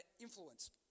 influence